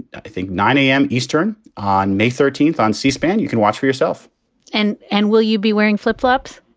i think, nine zero a m. eastern on may thirteenth on c-span. you can watch for yourself and and will you be wearing flip flops?